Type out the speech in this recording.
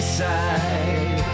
side